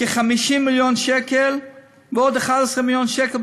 כ-50 מיליון שקל ועוד 11 מיליון שקל,